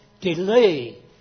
delay